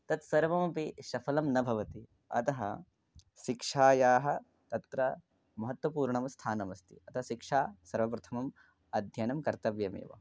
तत् सर्वमपि सफलं न भवति अतः शिक्षायाः तत्र महत्वपूर्णं स्थानमस्ति अत शिक्षा सर्वप्रथमम् अध्यनं कर्तव्यमेव